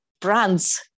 brands